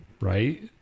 Right